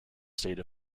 state